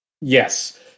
Yes